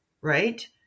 right